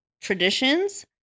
traditions